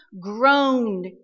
groaned